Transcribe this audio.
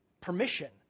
permission